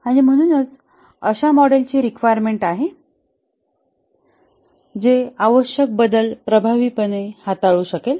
आणि म्हणूनच अशा मॉडेलची रिक्वायरमेंट्स आहे जे आवश्यक बदल प्रभावीपणे हाताळू शकेल